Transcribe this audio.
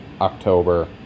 October